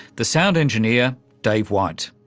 the sound engineer dave white.